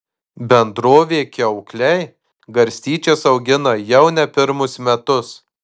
bendrovė kiaukliai garstyčias augina jau ne pirmus metus